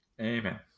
Amen